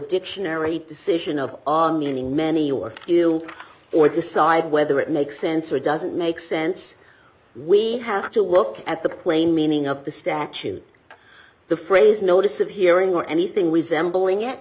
dictionary decision of meaning many or or decide whether it makes sense or doesn't make sense we have to look at the plain meaning of the statute the phrase notice of hearing or anything resembling it